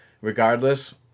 regardless